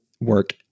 work